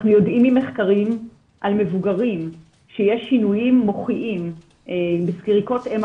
אנחנו יודעים ממחקרים על מבוגרים לפי בדיקות MRI